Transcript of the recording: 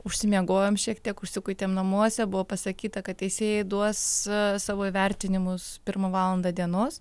užsimiegojom šiek tiek užsikuitėm namuose buvo pasakyta kad teisėjai duos savo įvertinimus pirmą valandą dienos